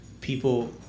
people